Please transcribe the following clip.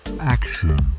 Action